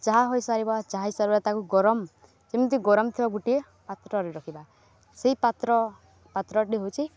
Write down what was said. ଚାହା ହୋଇସାରିବା ଚାହା ହେଇସାରିବା ତାକୁ ଗରମ ଯେମିତି ଗରମ ଥିବା ଗୋଟିଏ ପାତ୍ରରେ ରଖିବା ସେଇ ପାତ୍ର ପାତ୍ରଟି ହେଉଛି